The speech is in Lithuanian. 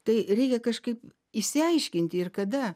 tai reikia kažkaip išsiaiškinti ir kada